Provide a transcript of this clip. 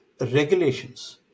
regulations